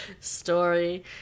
story